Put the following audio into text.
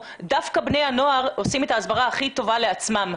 דווקא בני הנוער עושים את ההסברה הכי טובה לעצמם.